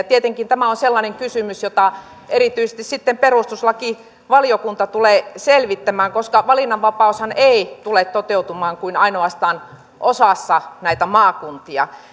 tietenkin tämä on sellainen kysymys jota erityisesti sitten perustuslakivaliokunta tulee selvittämään koska valinnanvapaushan ei tule toteutumaan kuin ainoastaan osassa näitä maakuntia